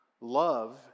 Love